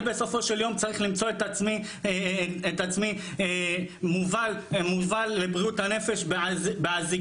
אני בסופו של יום צריך למצוא את עצמי מובל לבריאות הנפש באזיקים.